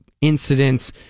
incidents